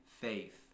faith